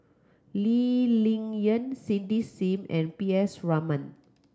Lee Ling Yen Cindy Sim and P S Raman